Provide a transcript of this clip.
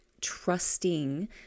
trusting